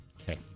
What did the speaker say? Okay